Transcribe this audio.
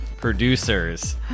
Producers